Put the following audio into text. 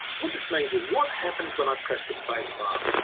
what this means is, what happens when i press the spacebar?